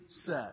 set